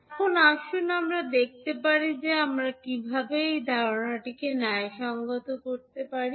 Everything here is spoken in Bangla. এখন আসুন আমরা দেখতে পারি যে আমরা কীভাবে এই ধারণাটিকে ন্যায়সঙ্গত করতে পারি